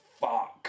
fuck